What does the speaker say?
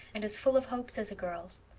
and as full of hopes as a girl's.